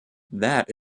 that